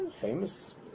Famous